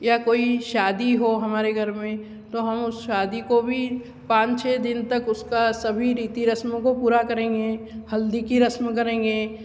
या कोई शादी हो हमारे घर में तो हम उस शादी को भी पाँच छः दिन तक उसका सभी रीति रस्मों की हम पूरा करेंगे हल्दी की रस्म करेंगे